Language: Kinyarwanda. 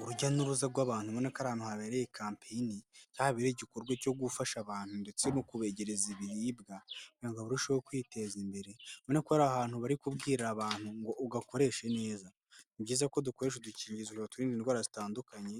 Urujya n'uruza rw'abantu, ubona ko ari ahantu habereye kampeyini, habereye igikorwa cyo gufasha abantu ndetse mu kubegereza ibiribwa ngo barusheho kwiteza imbere, ubona ko ari ahantu bari kubwira abantu ngo ugakoreshe neza. Ni byiza ko dukoresha udukingirizo turinda indwara zitandukanye